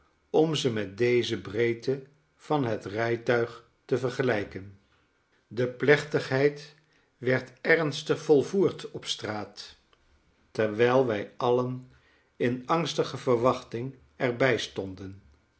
om ze met deze breedte van het rijtuig te vergelijken de plechtigheid werd ernstig volvoerd op straat terwyl wij alien in angstige verwachting er bij stonden